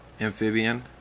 amphibian